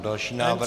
Další návrh.